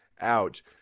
ouch